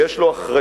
ויש לו אחריות